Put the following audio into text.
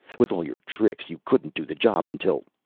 with all your tricks, you couldn't do the job until.